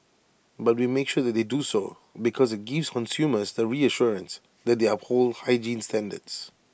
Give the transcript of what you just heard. but we make sure that they do so because IT gives consumers the reassurance that they uphold hygiene standards